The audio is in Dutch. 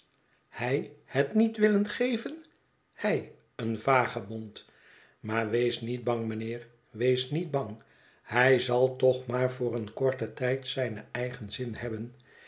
hij het niet willen geven hij eén vagebond maar wees niet bang mijnheer wees niet bang hij zal toch maar voor een korten tijd zijn eigen zin hebben